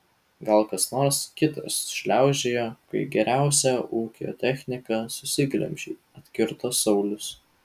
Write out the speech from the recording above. gal kas nors kitas šliaužiojo kai geriausią ūkio techniką susiglemžei atkirto saulius